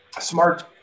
smart